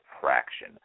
fraction